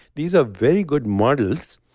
these are very good models,